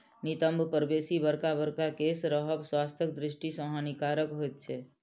नितंब पर बेसी बड़का बड़का केश रहब स्वास्थ्यक दृष्टि सॅ हानिकारक होइत छै